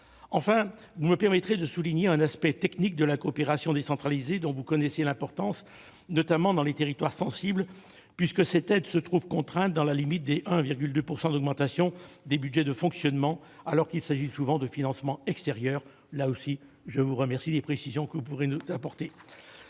Enfin, vous me permettrez de vous interroger sur un aspect technique de la coopération décentralisée, dont vous connaissez l'importance, notamment dans les territoires sensibles. Cette aide se trouve contrainte dans la limite du 1,2 % d'augmentation des budgets de fonctionnement, alors qu'il s'agit souvent de financements extérieurs. Je vous remercie, sur cette question également, des précisions que vous pourrez nous apporter.